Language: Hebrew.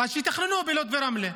אז שיתכננו בלוד וברמלה.